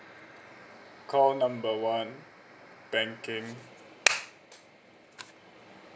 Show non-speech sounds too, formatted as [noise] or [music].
call number one banking [noise]